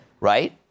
right